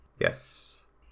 Yes